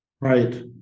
Right